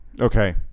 Okay